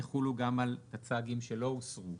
יחולו גם על טצ"גים שלא הוסרו